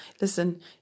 Listen